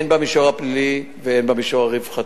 הן במישור הפלילי והן במישור הרווחתי.